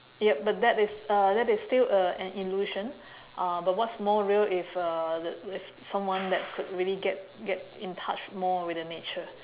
yup but that is uh that is still a an illusion uh but what's more real if uh that if someone that could really get get in touch more with the nature